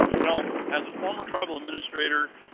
you know as a former tribal administrator,